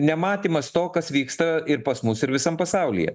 nematymas to kas vyksta ir pas mus ir visam pasaulyje